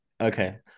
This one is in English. okay